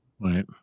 right